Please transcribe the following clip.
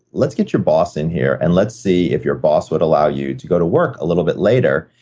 let's get your boss in here, and let's see if your boss would allow you to go to work a little bit later,